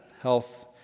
health